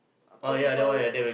a poor people